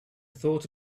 thought